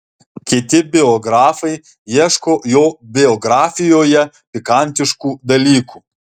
kiti biografai ieško jo biografijoje pikantiškų dalykų